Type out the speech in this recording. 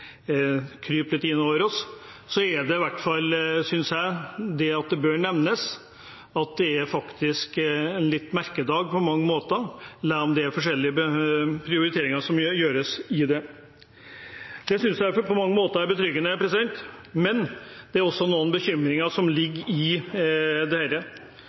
jeg i hvert fall det bør nevnes at det på mange måter er en merkedag, selv om det er forskjellige prioriteringer som gjøres. Det synes jeg er betryggende på mange måter, men det ligger også noen bekymringer i dette. Noen av bekymringene går på det